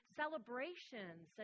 celebrations